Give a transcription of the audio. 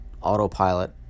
autopilot